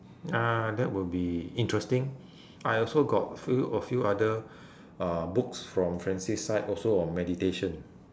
ya that would be interesting I also got a few a few other uh books from francis side also on meditation